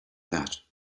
that